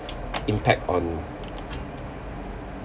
impact on